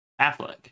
Affleck